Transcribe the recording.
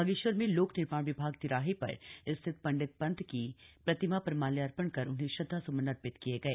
बागेश्वर में लोक निर्माण विभाग तिराहे र स्थित ंडित त की प्रतिमा र माल्यार्थण कर उन्हें श्रद्धास्मन अर्थित किए गए